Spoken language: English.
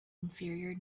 inferior